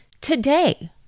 Today